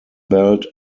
belt